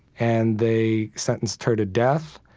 and they sentenced her to death,